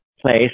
place